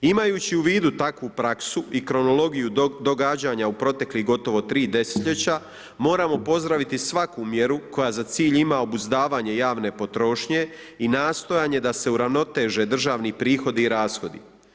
Imajući u vidu takvu praksu i kronologiju događanja u proteklih gotovo 3 desetljeća moramo pozdraviti svaku mjeru koja za cilj ima obuzdavanje javne potrošnje i nastojanje da se uravnoteže državni prihodi i rashodi.